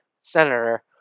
senator